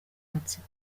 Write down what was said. matsiko